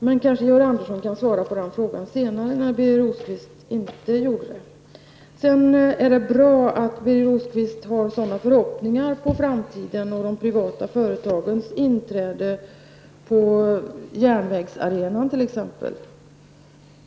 Georg Andersson kanske kan svara på den frågan senare, eftersom Birger Rosqvist inte gjorde det. Det är bra att Birger Rosqvist har förhoppningar på framtiden för de privata företagens inträde på t.ex. järnvägsarenan.